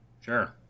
Sure